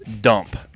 Dump